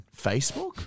Facebook